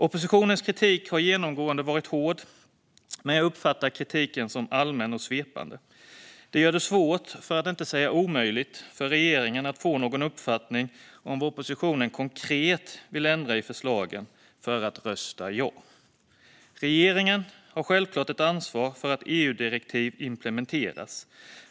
Oppositionens kritik har genomgående varit hård, men jag uppfattar kritiken som allmän och svepande. Det gör det svårt, för att inte säga omöjligt, för regeringen att få någon uppfattning om vad oppositionen konkret vill ändra i förslagen för att de ska rösta ja. Regeringen har självklart ett ansvar för att EU-direktiv implementeras.